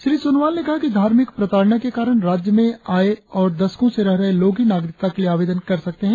she Sonowal ने कहा कि धार्मिक प्रताड़ना के कारण राज्य में आये और दशकों से रह रहे लोग ही नागरिकता के लिए आवेदन कर सकते है